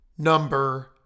number